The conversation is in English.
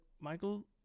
michael